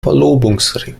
verlobungsring